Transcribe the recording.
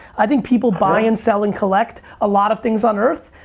i think people buy and sell and collect a lot of things on earth.